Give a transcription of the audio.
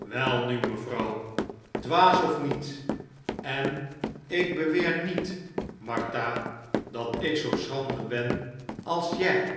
welnu mevrouw dwaas of niet en ik beweer niet martha dat ik zoo schrander ben als jij